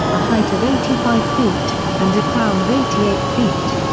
a height of eighty five feet, and a crown of eighty eight feet.